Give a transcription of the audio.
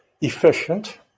efficient